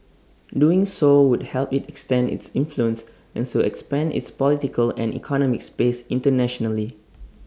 doing so would help IT extend its influence and so expand its political and economic space internationally